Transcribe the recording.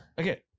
Okay